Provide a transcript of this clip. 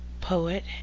poet